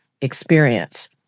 experience